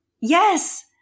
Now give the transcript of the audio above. Yes